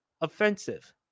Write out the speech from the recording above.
offensive